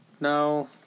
No